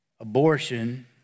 Abortion